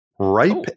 Ripe